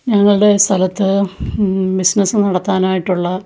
ഞങ്ങളുടെ സ്ഥലത്ത് ബിസിനസ്സ് നടത്താനായിട്ടുള്ള